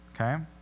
okay